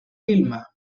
vilma